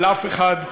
על אף אחד.